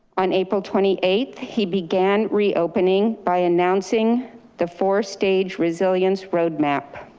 on april twenty eighth he began reopening by announcing the four stage resilience roadmap.